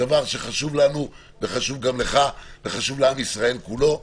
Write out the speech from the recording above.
הדבר שחשוב לנו וחשוב גם לך וחשוב לעם ישראל כולו,